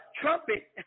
trumpet